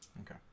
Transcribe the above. Okay